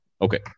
Okay